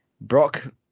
Brock